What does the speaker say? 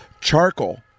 charcoal